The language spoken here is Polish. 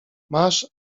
masz